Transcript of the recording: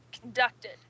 conducted